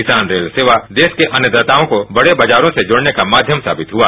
किसान रेल सेवा देश के अन्नदाताओं को देश के बाजारों से जोड़ने का माध्यम साबित हुआ